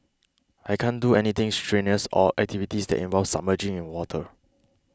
I can't do anything strenuous or activities that involve submerging in water